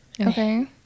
Okay